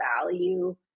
value